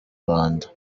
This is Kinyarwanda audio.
rwanda